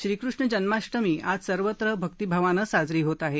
श्रीकृष्ण जन्माष्टमी आज सर्वत्र भक्तिभावानं साजरी होत आहे